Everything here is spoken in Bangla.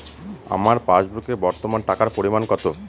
আমার পাসবুকে বর্তমান টাকার পরিমাণ কত?